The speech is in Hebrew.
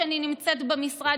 כשאני נמצאת במשרד,